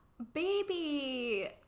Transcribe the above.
baby